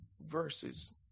verses